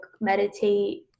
meditate